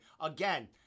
Again